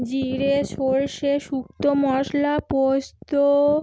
জিরে সরষে শুক্ত মশলা পোস্ত